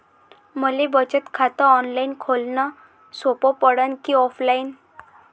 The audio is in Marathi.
मले बचत खात ऑनलाईन खोलन सोपं पडन की ऑफलाईन?